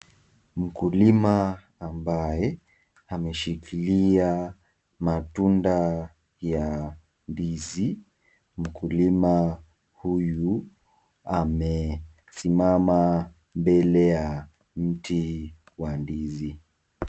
Mkulima ambaye ameshikilia matunda ya ndizi, mkulima huyu amesimama mbele ya mti wa ndizi.